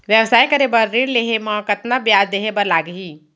व्यवसाय करे बर ऋण लेहे म कतना ब्याज देहे बर लागही?